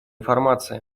информации